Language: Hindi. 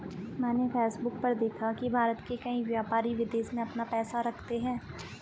मैंने फेसबुक पर देखा की भारत के कई व्यापारी विदेश में अपना पैसा रखते हैं